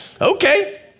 Okay